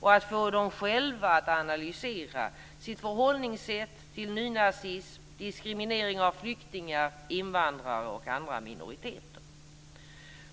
och att få dem att själva analysera sitt förhållningssätt till nynazism, diskriminering av flyktingar, invandrare och andra minoriteter.